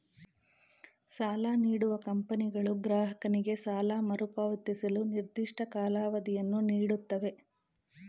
ಸಾಲ ನೀಡುವ ಕಂಪನಿಗಳು ಗ್ರಾಹಕನಿಗೆ ಸಾಲ ಮರುಪಾವತಿಸಲು ನಿರ್ದಿಷ್ಟ ಕಾಲಾವಧಿಯನ್ನು ನೀಡುತ್ತವೆ